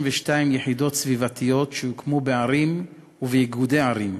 יחידות סביבתיות שהוקמו בערים ובאיגודי ערים,